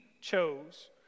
chose